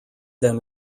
then